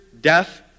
death